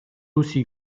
aussi